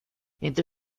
entre